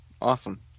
awesome